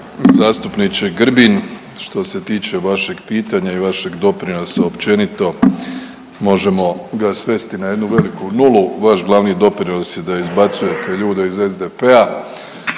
Zastupniče Grbin, što se tiče vašeg pitanja i vašeg doprinosa općenito možemo ga svesti na jednu veliku nulu, vaš glavni doprinos je da izbacujete ljude iz SDP-a,